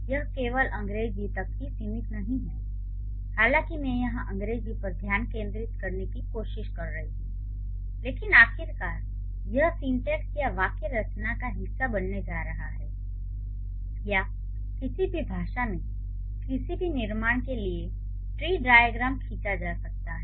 यह केवल अंग्रेजी तक ही सीमित नहीं है हालांकि मैं यहां अंग्रेजी पर ध्यान केंद्रित करने की कोशिश कर रही हूं लेकिन आखिरकार यह सिन्टैक्ष या वाक्य रचना का हिस्सा बनने जा रहा है या किसी भी भाषा में किसी भी निर्माण के लिए ट्री डाइअग्रैम खींचा जा सकता है